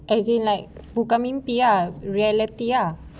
as in like bukan mimpi ah reality ah